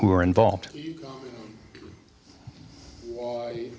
who are involved why